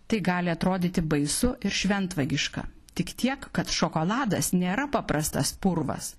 tai gali atrodyti baisu ir šventvagiška tik tiek kad šokoladas nėra paprastas purvas